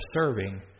serving